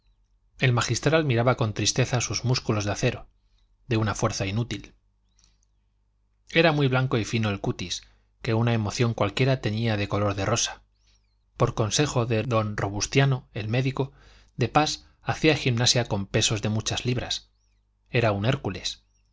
el magistral miraba con tristeza sus músculos de acero de una fuerza inútil era muy blanco y fino el cutis que una emoción cualquiera teñía de color de rosa por consejo de don robustiano el médico de pas hacía gimnasia con pesos de muchas libras era un hércules